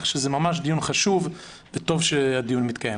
זה דיון חשוב וטוב שהוא מתקיים.